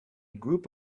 group